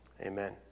amen